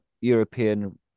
European